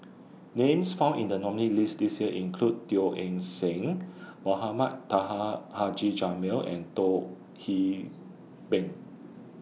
Names found in The nominee list This Year include Teo Eng Seng Mohamed Taha Haji Jamil and Hee Beng